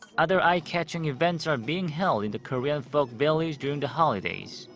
other eye-catching events are um being held in the korean folk village during the holidays.